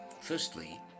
firstly